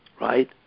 right